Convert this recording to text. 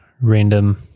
random